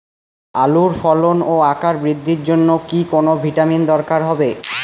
আলুর ফলন ও আকার বৃদ্ধির জন্য কি কোনো ভিটামিন দরকার হবে?